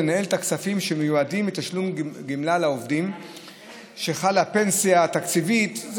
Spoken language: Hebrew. לנהל את הכספים שמיועדים לתשלום גמלה לעובדים בפנסיה התקציבית,